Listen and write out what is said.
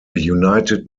united